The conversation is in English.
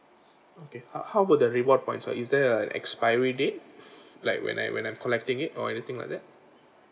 okay how how about the reward points uh is there an expiry date like when I when I'm collecting it or anything like that